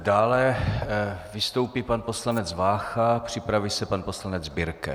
Dále vystoupí pan poslanec Vácha, připraví se pan poslanec Birke.